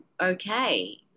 okay